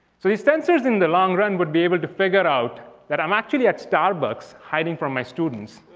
so these sensors in the long run would be able to figure out. that i'm actually at starbucks hiding from my students.